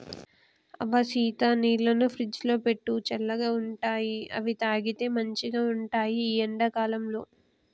అబ్బ సీత నీళ్లను ఫ్రిజ్లో పెట్టు చల్లగా ఉంటాయిఅవి తాగితే మంచిగ ఉంటాయి ఈ ఎండా కాలంలో